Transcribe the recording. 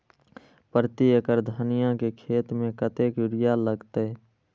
प्रति एकड़ धनिया के खेत में कतेक यूरिया लगते?